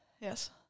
yes